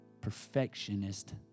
perfectionist